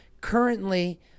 currently